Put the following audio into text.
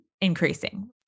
increasing